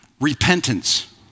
Repentance